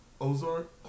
Ozark